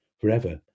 forever